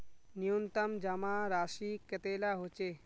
न्यूनतम जमा राशि कतेला होचे?